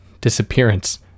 disappearance